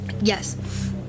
Yes